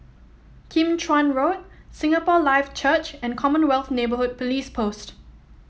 Kim Chuan Road Singapore Life Church and Commonwealth Neighbourhood Police Post